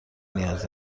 نیاز